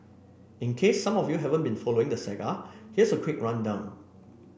in case some of you haven't been following the saga here's a quick rundown